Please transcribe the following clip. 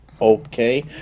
okay